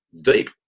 deep